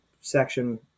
section